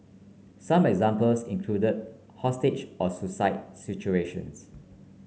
some examples include hostage or suicide situations